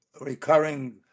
recurring